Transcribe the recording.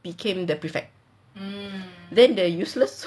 became the prefect then the useless